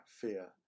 fear